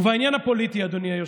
ובעניין הפוליטי, אדוני היושב-ראש,